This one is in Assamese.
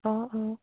অঁ অঁ